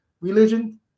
religion